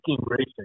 racing